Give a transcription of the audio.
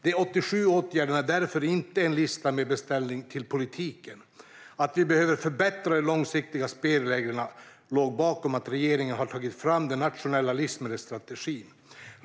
De 87 åtgärderna är därför inte en lista med "beställningar" till politiken. Att vi behöver förbättra de långsiktiga spelreglerna låg bakom att regeringen har tagit fram den nationella livsmedelsstrategin.